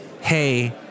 hey